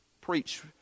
Preach